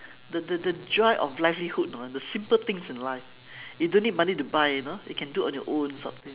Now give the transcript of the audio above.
the the the joy of livelihood you know the simple things in life you don't need money to buy you know you can do on your own sort of thing